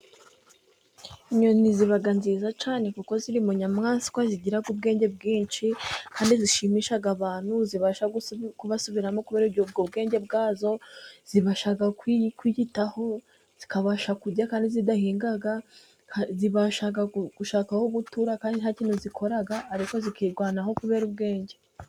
Inyoni ziba nziza cyane kuko ziri mu nyamwaswa zigira ubwenge bwinshi kandi zishimisha abantu, zibasha kubasubiramo, kube ubwo bwenge bwazo, zibasha kwiyitaho, zikabasha kurya kandi zidahinga, zibasha gushaka aho gutura kandi nta kintu zikora, ariko zikirwanaho kubera ubwenge.